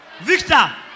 Victor